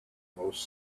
most